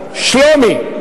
שלומי,